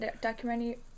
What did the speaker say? documentary